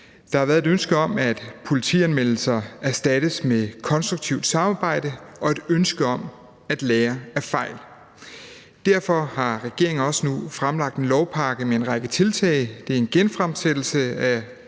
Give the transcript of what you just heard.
Der har været et ønske om, at politianmeldelser erstattes med konstruktivt samarbejde, og et ønske om at lære af fejl. Derfor har regeringen nu fremlagt en lovpakke med en række konkrete tiltag – det er en genfremsættelse af